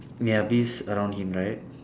ya bees around him right